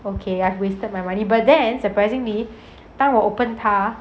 okay I wasted my money by then surprisingly 当我 open 它